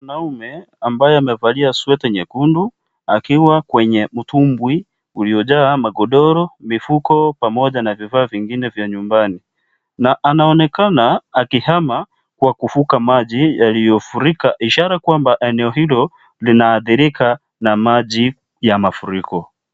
Mwanaume ambaye amevalia sweta nyekundu akiwa kwenye mtumbwi uliojaa magodoro, mifugo pamoja na vifaa vingine vya nyumbani. Na anaonekana akihama kwa kuvuka maji yaliyovurika, ishara kwamba eneo hilo linaathirika na maji ya mafuriko.